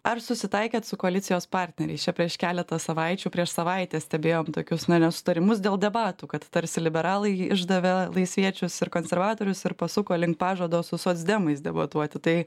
ar susitaikėt su koalicijos partneriais čia prieš keletą savaičių prieš savaitę stebėjom tokius nesutarimus dėl debatų kad tarsi liberalai išdavė laisviečius ir konservatorius ir pasuko link pažado su socdemais debatuoti tai